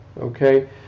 okay